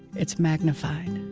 it's magnified.